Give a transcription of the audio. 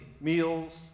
meals